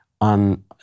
on